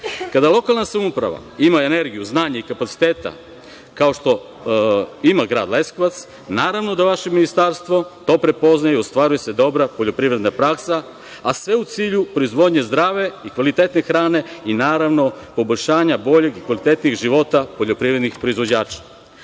Kada lokalna samouprava ima energiju, znanje i kapacitete, kao što ima grad Leskovac, naravno da vaše ministarstvo to prepoznaje i ostvaruje se dobra poljoprivredna praksa, a sve u cilju proizvodnje zdrave i kvalitetne hrane i, naravno, poboljšanja boljeg i kvalitetnijeg života poljoprivrednih proizvođača. Kao